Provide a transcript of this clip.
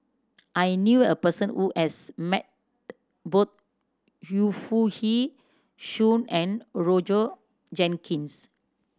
I knew a person who has met both Yu Foo Yee Shoon and Roger Jenkins